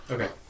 Okay